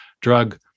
drug